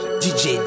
DJ